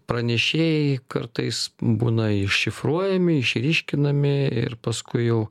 pranešėjai kartais būna iššifruojami išryškinami ir paskui jau